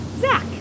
Zach